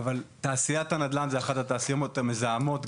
תעשיית הנדל"ן היא אחת מהתעשיות המזהמות.